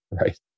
right